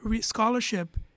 scholarship